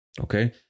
Okay